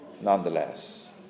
Nonetheless